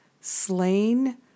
slain